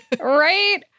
right